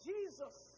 Jesus